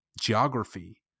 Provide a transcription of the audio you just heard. geography